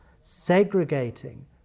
segregating